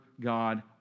God